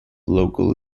local